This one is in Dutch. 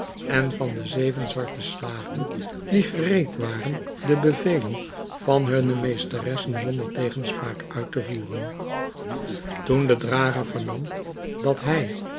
en van de zeven zwarte slaven die gereed waren de bevelen van hunne meesteressen zonder tegenspraak uit te voeren toen de drager vernam dat hij